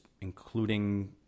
including